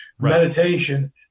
meditation